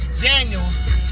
Daniels